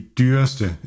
dyreste